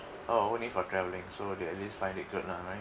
oh only for traveling so they at least find it good lah right